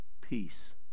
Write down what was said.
peace